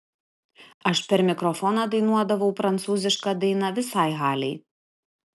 aš per mikrofoną dainuodavau prancūzišką dainą visai halei